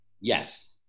Yes